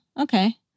okay